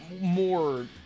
more